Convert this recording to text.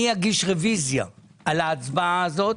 אני אגיש רוויזיה על ההצבעה הזאת.